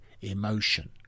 emotion